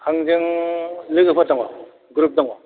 आंजों लोगोफोर दङ ग्रुप दङ